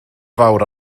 fawr